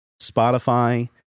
Spotify